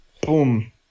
Boom